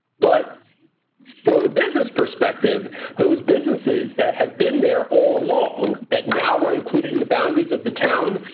but for business perspective those businesses that have been there all along that now were included in the boundaries of the town,